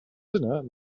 dinner